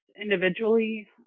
individually